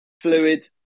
fluid